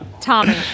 tommy